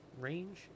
range